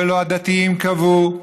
ולא הדתיים קבעו,